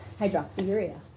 hydroxyurea